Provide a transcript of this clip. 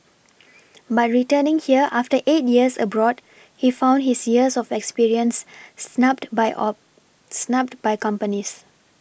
but returning here after eight years abroad he found his years of experience snubbed by snubbed by companies